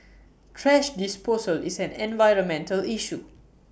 thrash disposal is an environmental issue